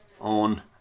on